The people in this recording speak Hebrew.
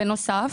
בנוסף,